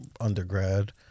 undergrad